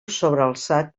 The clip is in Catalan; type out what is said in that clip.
sobrealçat